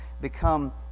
become